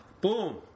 Boom